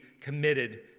committed